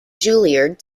juilliard